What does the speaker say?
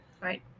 Right